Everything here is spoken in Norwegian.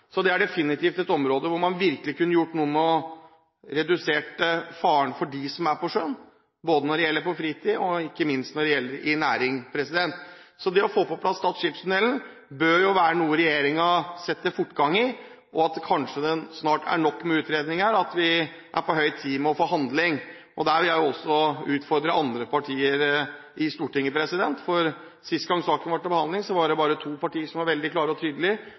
så det er definitivt et område hvor man virkelig kunne gjort noe for å redusere faren for dem som er på sjøen, enten det gjelder på fritiden eller det er knyttet til næring. Så det å få på plass Stad skipstunnel bør være noe regjeringen setter fortgang i, at det kanskje snart er nok med utredninger og at det er på høy tid med handling. Der vil jeg også utfordre andre partier i Stortinget, for sist gang saken var til behandling, var det bare to partier som var klare og tydelige på at vi ville ha dette på plass, og